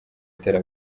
witera